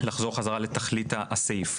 לחזור לתכלית הסעיף.